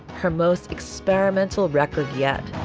her most experimental record yet.